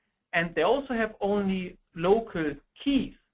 and they also have only local key.